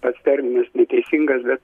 pats terminas neteisingas bet